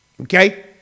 okay